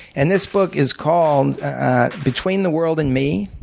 and this book is called between the world and me,